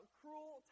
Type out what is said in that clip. cruel